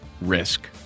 risk